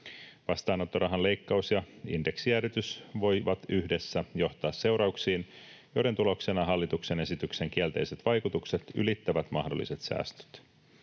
Vastaanottorahan leikkaus ja indeksijäädytys voivat yhdessä johtaa seurauksiin, joiden tuloksena hallituksen esityksen kielteiset vaikutukset ylittävät mahdolliset säästöt.